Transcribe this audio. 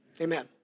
amen